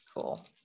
Cool